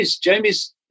Jamie's